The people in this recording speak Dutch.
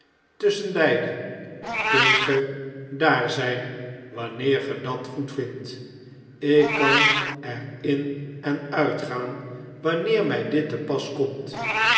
kunt ge daar zijn wanneer ge dat goedvindt b ik kan er in en uitgaan wanneer my dit te pas komt